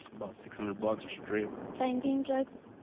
about six hundred bucks a strip. finding drugs,